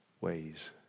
ways